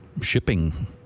shipping